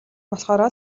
болохоороо